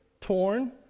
torn